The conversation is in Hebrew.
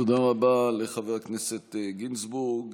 תודה רבה לחבר הכנסת גינזבורג.